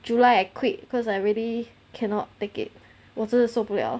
july I quit cause I really cannot take it 我真的受不 liao